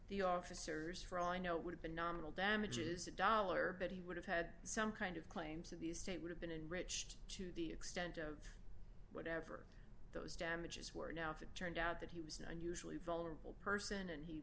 the officers for all i know would have been nominal damages a dollar but he would have had some kind of claims of the state would have been enriched to the extent of whatever those damages were now if it turned out that he was unusually vulnerable person and he